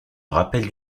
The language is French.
rappel